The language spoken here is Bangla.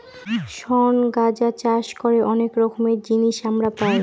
শন গাঁজা চাষ করে অনেক রকমের জিনিস আমরা পাই